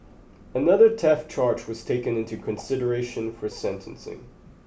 another theft charge was taken into consideration for sentencing